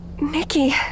Nikki